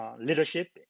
Leadership